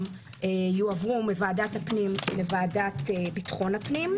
סעף יועברו מוועדת הפנים לוועדת ביטחון הפנים,